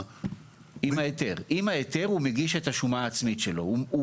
עם ההיתר הוא מגיש את השומה העצמית שלו.